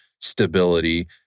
stability